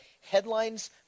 headlines